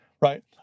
right